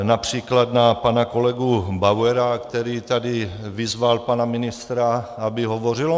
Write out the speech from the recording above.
Například na pana kolegu Bauera, který tady vyzval pana ministra, aby hovořil.